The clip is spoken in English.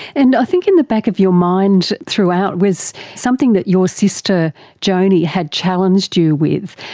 and i think in the back of your mind throughout was something that your sister joanie had challenged you with,